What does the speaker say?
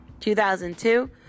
2002